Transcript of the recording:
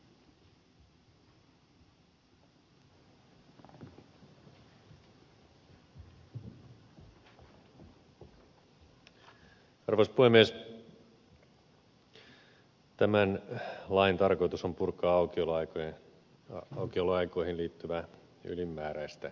tämän lain tarkoitus on purkaa aukioloaikoihin liittyvää ylimääräistä sääntelyä